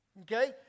Okay